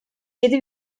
yedi